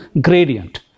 gradient